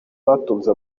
batunze